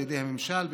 בידי הממשלה,